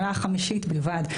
שנה חמישית בלבד,